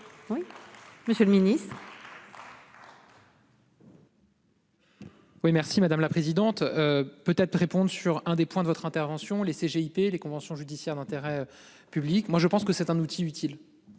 Oui. Monsieur le Ministre. Oui merci madame la présidente. Peut-être répondent sur un des points de votre intervention les CGIP les convention judiciaire d'intérêt public. Moi je pense que c'est un outil utile.